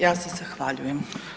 Ja se zahvaljujem.